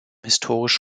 historisch